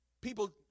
People